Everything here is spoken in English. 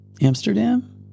Amsterdam